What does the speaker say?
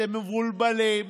אתם מבולבלים,